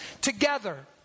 together